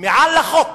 מעל החוק,